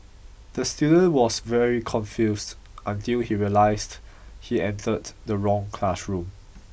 the student was very confused until he realised he entered the wrong classroom